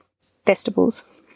festivals –